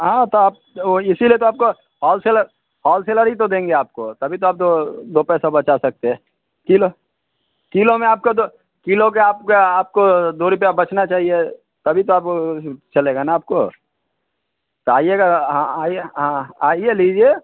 हाँ तो आप ओ इसीलिए त आपको हॉलसेलर हॉलसेलर ही तो देंगे आपको तभी तो आप तो दो पैसा बचा सकते हें किलो किलो में आपको दो किलो के आपका आपको दो रुपया बचना चाहिए तभी तो आप चलेगा न आपको तो आइएगा आइए आइए लीजिए